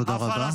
תודה רבה.